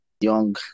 young